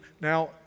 Now